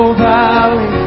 valley